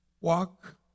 walk